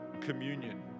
communion